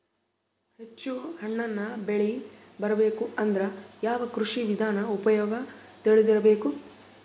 ಹೆಚ್ಚು ಹಣ್ಣನ್ನ ಬೆಳಿ ಬರಬೇಕು ಅಂದ್ರ ಯಾವ ಕೃಷಿ ವಿಧಾನ ಉಪಯೋಗ ತಿಳಿದಿರಬೇಕು?